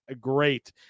great